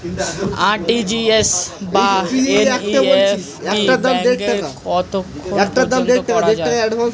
RTGS বা NEFT ব্যাংকে কতক্ষণ পর্যন্ত করা যায়?